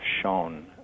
shown